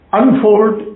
unfold